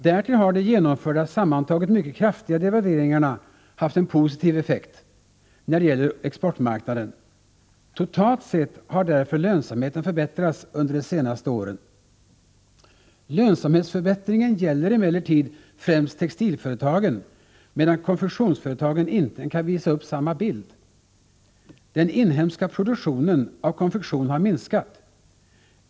Därtill har de genomförda, sammantaget mycket kraftiga devalveringarna haft en positiv effekt när det gäller exportmarknaden. Totalt sett har därför lönsamheten förbättrats under de senaste åren. Lönsamhetsförbättringen gäller emellertid främst textilföretagen, medan konfektionsföretagen inte kan visa upp samma bild. Den inhemska produktionen av konfektion har minskat.